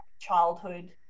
childhood